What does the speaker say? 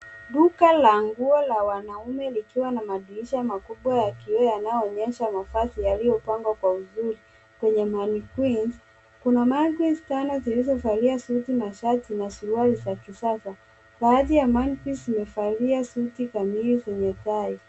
Duka la nguo la wanaume likiwa na madirisha makubwa ya kioo yanayoonyesha mavazi yaliyopangwa kwa uzuri kwenye mannequins . Kuna mannequins tano zilizovalia suti na shati na suruali za kisasa. Baadhi ya mannequins zimevalia suti kamili zenye tai.